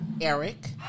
Eric